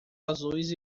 azuis